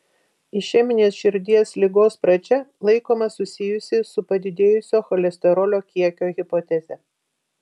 išeminės širdies ligos pradžia laikoma susijusi su padidėjusio cholesterolio kiekio hipoteze